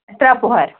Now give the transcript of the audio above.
ترٚےٚ پور